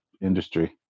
industry